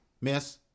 miss